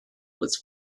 was